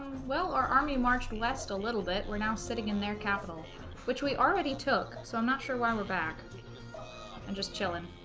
well our army marched west a little bit we're now sitting in their capital which we already took so i'm not sure why we're back and just chillin